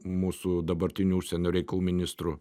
mūsų dabartiniu užsienio reikalų ministru